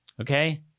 Okay